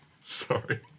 sorry